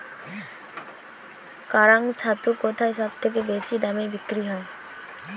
কাড়াং ছাতু কোথায় সবথেকে বেশি দামে বিক্রি হয়?